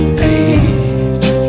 page